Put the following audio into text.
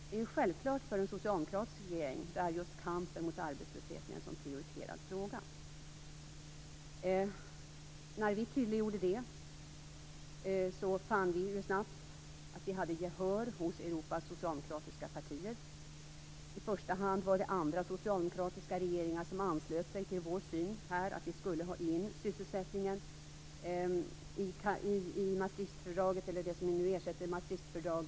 Detta är självklart för en socialdemokratisk regering som har just kampen mot arbetslösheten som en så prioriterad fråga. När vi tydliggjorde detta från svensk sida fann vi snabbt att vi hade gehör från Europas socialdemokratiska partier. I första hand var det andra socialdemokratiska regeringar som anslöt sig till vår syn på att vi skulle ha in frågan om sysselsättningen i Maastrichtfördraget eller i det som nu ersätter detta fördrag.